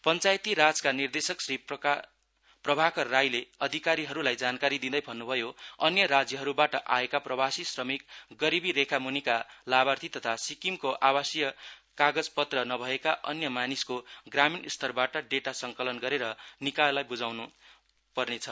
पञ्चायती राजका निर्देशक श्री प्रभाकर राईले अधिकारीहरूलाई जानकारी दिँदै भन्न् भयो अन्य राज्यहरूबाट आएका प्रवासी श्रमिक गरीबी रेखा म्निका लाभार्थी तथा सिक्किमको आवासीय कागजपत्र नभएका अन्य मानिसको ग्रामीण स्तरबट डेटा संकलन गरेर निकायलाई ब्झाउन् पर्नेछ